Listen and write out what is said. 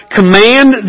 command